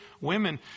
women